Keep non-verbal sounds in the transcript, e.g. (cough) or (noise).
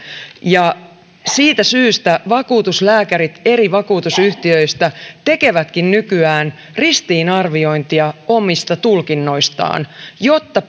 ja siitä syystä vakuutuslääkärit eri vakuutusyhtiöistä tekevätkin nykyään ristiinarviointia omista tulkinnoistaan jotta (unintelligible)